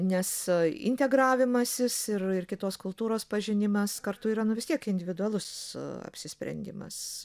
nes integravimasis ir ir kitos kultūros pažinimas kartu yra nu vis tiek individualus apsisprendimas